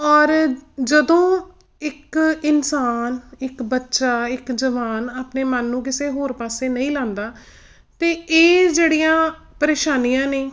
ਔਰ ਜਦੋਂ ਇੱਕ ਇਨਸਾਨ ਇੱਕ ਬੱਚਾ ਇੱਕ ਜਵਾਨ ਆਪਣੇ ਮਨ ਨੂੰ ਕਿਸੇ ਹੋਰ ਪਾਸੇ ਨਹੀਂ ਲਾਉਂਦਾ ਤਾਂ ਇਹ ਜਿਹੜੀਆਂ ਪਰੇਸ਼ਾਨੀਆਂ ਨੇ